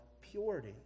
purity